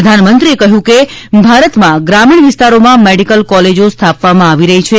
પ્રધાનમંત્રીએ કહ્યું હતું કે ભારતમાં ગ્રામીણ વિસ્તારોમાં મેડીકલ કોલેજો સ્થાપવામાં આવી રહી છે